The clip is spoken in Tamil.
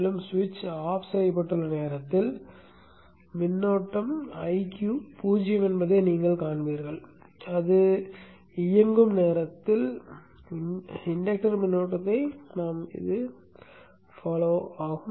மேலும் ஸ்விட்ச் ஆஃப் செய்யப்பட்டுள்ள நேரத்தில் மின்னோட்ட Iq 0 என்பதை நீங்கள் காண்பீர்கள் அது இயக்கப்படும் போது நாம் இன்டக்டர்மின்னோட்டத்தைப் பின்பற்றுகிறோம்